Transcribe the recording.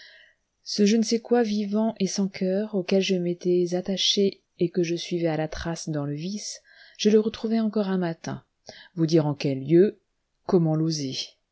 ce je ne sais quoi vivant et sans coeur auquel je m'étais attaché et que je suivais à la trace dans le vice je le retrouvai encore un matin vous dire en quel lieu comment l'oser